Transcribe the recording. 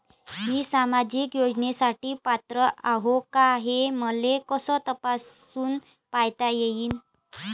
मी सामाजिक योजनेसाठी पात्र आहो का, हे मले कस तपासून पायता येईन?